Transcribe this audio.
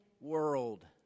world